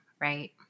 Right